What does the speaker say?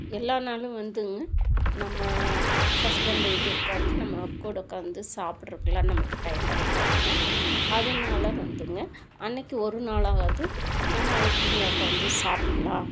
எல்லா நாளும் வந்துங்க நம்ம ஹஸ்பண்டுகிட்டயே உட்காந்து நம்ம கூட உட்காந்து சாப்பிட்றதுக்குலாம் நம்மளுக்கு டைம் கிடைக்காதுங்க அதுனால் வந்துங்க அன்னைக்கு ஒரு நாளாவது நம்ம ஒற்றுமையாக உட்காந்து சாப்பிட்லாம்